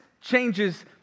changes